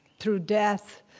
through death,